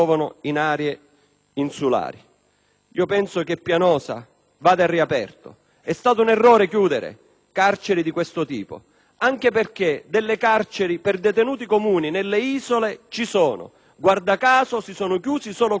Penso che Pianosa vada riaperta; è stato un errore chiudere carceri di questo tipo anche perché delle carceri per detenuti comuni nelle isole ci sono. Guarda caso, si sono chiuse solo quelle per il 41-*bis*.